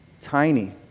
Tiny